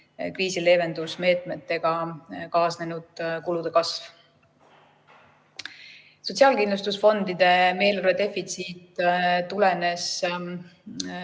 kriisileevendusmeetmetega kaasnenud kulude kasv. Sotsiaalkindlustusfondide eelarve defitsiit tulenes